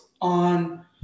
on